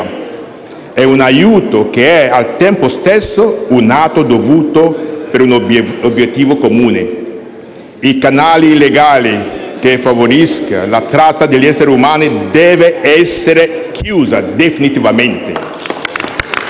È un aiuto che è al tempo stesso un atto dovuto per un obiettivo comune: i canali illegali che favoriscono la tratta degli esseri umani devono essere chiusi definitivamente.